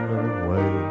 away